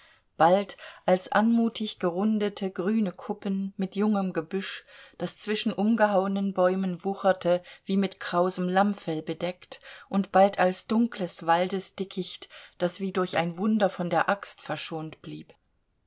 bald als anmutig gerundete grüne kuppen mit jungem gebüsch das zwischen umgehauenen bäumen wucherte wie mit krausem lammfell bedeckt und bald als dunkles waldesdickicht das wie durch ein wunder von der axt verschont blieb